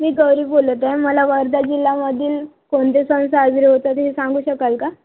मी गौरी बोलत आहे मला वर्धा जिल्ह्यामधील कोणते सण साजरे होतात हे सांगू शकाल का